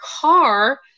car